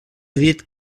dit